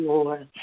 Lord